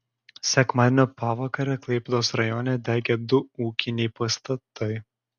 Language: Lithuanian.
sekmadienio pavakarę klaipėdos rajone degė du ūkiniai pastatai